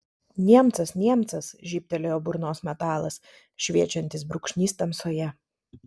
niemcas niemcas žybtelėjo burnos metalas šviečiantis brūkšnys tamsoje